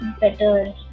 better